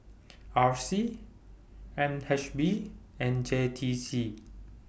R C N H B and J T C